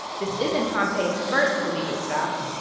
this isn't pompey's first collegiate stop.